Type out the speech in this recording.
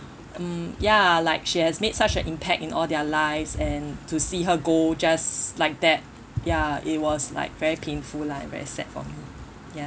mm ya like she has made such a impact in all their lives and to see her go just like that ya it was like very painful lah and very sad for me ya